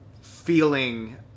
feeling